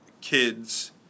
kids